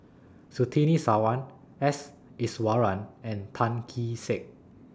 Surtini Sarwan S Iswaran and Tan Kee Sek